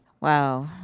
wow